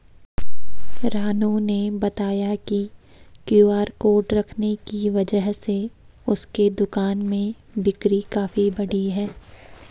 रानू ने बताया कि क्यू.आर कोड रखने की वजह से उसके दुकान में बिक्री काफ़ी बढ़ी है